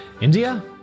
India